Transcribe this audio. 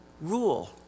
rule